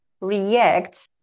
reacts